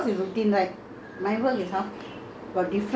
uh we cannot have the same same routine like yours